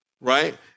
Right